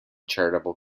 charitable